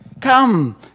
Come